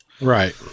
Right